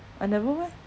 I never meh